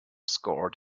scored